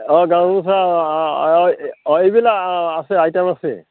অঁ গামোচা অঁ অঁ অঁ অঁ এইবিলাক অঁ আছে আইটেম আছে